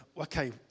okay